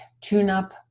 tune-up